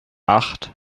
acht